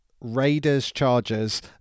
Raiders-Chargers